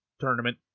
tournament